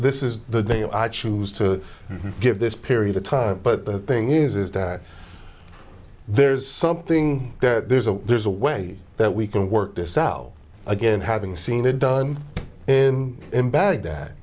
this is the day i choose to give this period of time but the thing is is that there's something there's a there's a way that we can work this out again having seen it done in baghdad